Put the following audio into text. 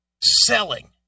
selling